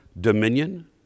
dominion